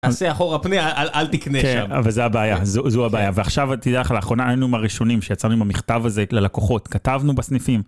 תעשה "אחורה פנה", אל תקנה שם. כן, אבל זה הבעיה, זו הבעיה. ועכשיו תדע לך, לאחרונה, היינו מהראשונים שיצאנו עם המכתב הזה ללקוחות, כתבנו בסניפים...